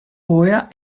ora